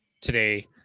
today